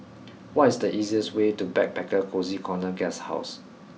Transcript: what is the easiest way to Backpacker Cozy Corner Guesthouse